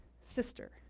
sister